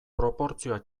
proportzioa